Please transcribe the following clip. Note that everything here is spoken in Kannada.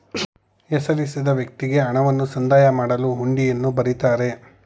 ಹೆಸರಿಸಿದ ವ್ಯಕ್ತಿಗೆ ಹಣವನ್ನು ಸಂದಾಯ ಮಾಡಲು ಹುಂಡಿಯನ್ನು ಬರಿತಾರೆ